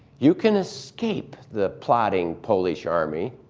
you can escape the plodding polish army.